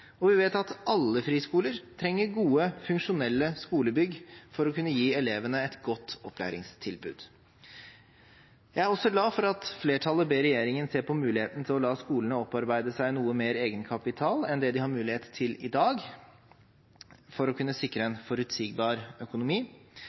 og vi vet at alle friskoler trenger gode, funksjonelle skolebygg for å kunne gi elevene et godt opplæringstilbud. Jeg er også glad for at flertallet ber regjeringen se på muligheten til å la skolene opparbeide seg noe mer egenkapital enn det de har mulighet til i dag, for å kunne sikre en forutsigbar økonomi